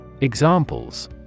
Examples